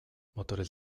motores